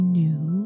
new